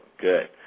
good